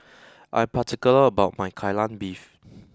I am particular about my Kai Lan beef